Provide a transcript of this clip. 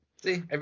See